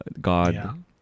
God